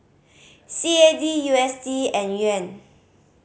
C A D U S D and Yuan